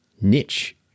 niche